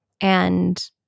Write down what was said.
And-